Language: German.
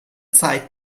zeit